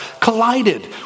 collided